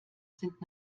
sind